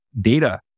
data